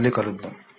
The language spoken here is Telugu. మళ్ళీ కలుద్దాము